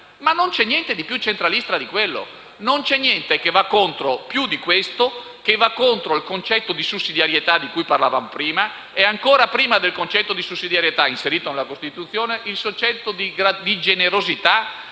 Ma non c'è niente di più centralista di quella fondazione; non c'è niente che vada più contro il concetto di sussidiarietà di cui parlavamo prima e, ancora prima del concetto di sussidiarietà, inserito nella Costituzione, contro il concetto di generosità,